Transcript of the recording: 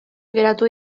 geratu